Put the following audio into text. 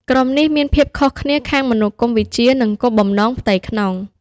ក្រុមនេះមានភាពខុសគ្នាខាងមនោគមវិជ្ជា និងគោលបំណងផ្ទៃក្នុង។